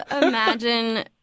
imagine